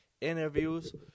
interviews